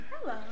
hello